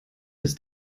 ist